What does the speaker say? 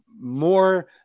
more